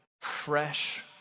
fresh